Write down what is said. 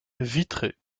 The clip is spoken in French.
vitré